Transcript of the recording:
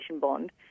bond